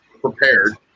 prepared